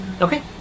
Okay